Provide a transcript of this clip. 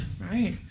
right